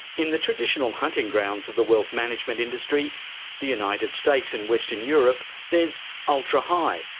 in the traditional hunting grounds of the wealth management industry the united states and western europe there's ultra-high,